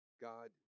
God